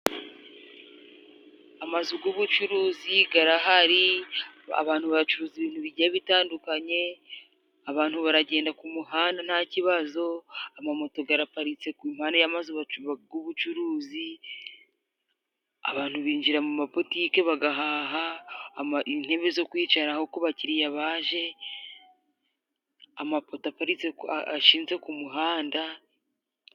Amazu y'ubucuruzi arahari. Abantu bacuruza ibintu bigiye bitandukanye, abantu baragenda ku mihanda nta kibazo, amamoto araparitse ku mpande y'amazu y'ubucuruzi, abantu binjira mu mabotiki bagahaha, intebe zo kwicaraho ku bakiriya baje, amapoto ashinze ku mihanda.